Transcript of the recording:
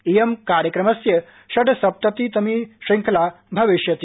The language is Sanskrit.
इयं कार्यक्रमस्य षड्सप्ततितमी श्रृंखला भविष्यति